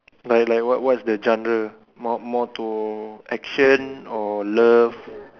like like what what is the genre more more to actions or love